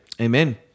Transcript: Amen